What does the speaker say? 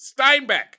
Steinbeck